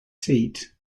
seat